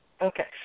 Okay